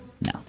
No